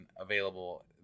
available